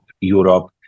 Europe